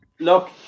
Look